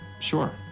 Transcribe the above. sure